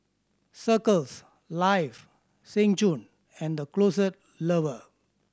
Circles Life Seng Choon and The Closet Lover